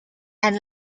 and